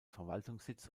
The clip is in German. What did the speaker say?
verwaltungssitz